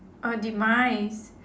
orh demise